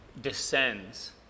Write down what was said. descends